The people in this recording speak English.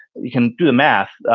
we can do the math.